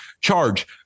charge